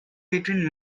between